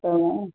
ह